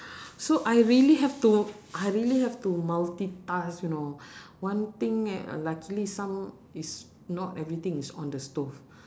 so I really have to I really have to multitask you know one thing eh luckily some is not everything is on the stove